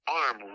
arm